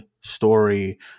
story